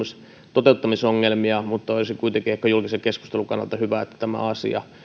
toteuttamisongelmia mutta olisi kuitenkin ehkä julkisen keskustelun kannalta hyvä että tämä asia